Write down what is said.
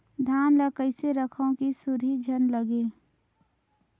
धान ल कइसे रखव कि सुरही झन लगे?